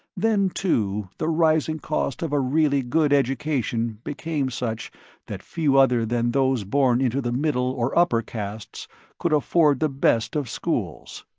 then, too, the rising cost of a really good education became such that few other than those born into the middle or upper castes could afford the best of schools.